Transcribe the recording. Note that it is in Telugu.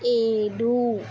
ఏడు